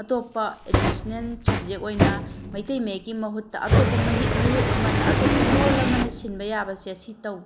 ꯑꯇꯣꯞꯄ additional subject ꯑꯣꯏꯅ ꯃꯩꯇꯩ ꯃꯌꯦꯛꯀꯤ ꯃꯍꯨꯠꯀ ꯑꯇꯣꯞꯄ ꯃꯌꯦꯛ ꯑꯃꯅ ꯑꯇꯣꯞꯄ ꯂꯣꯟ ꯑꯃꯅ ꯁꯤꯟꯕ ꯌꯥꯕꯁꯦ ꯁꯤ